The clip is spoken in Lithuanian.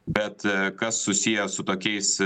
bet kas susiję su tokiais